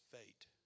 fate